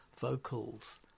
vocals